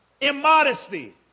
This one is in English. Immodesty